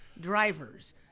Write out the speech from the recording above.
drivers